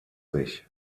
sich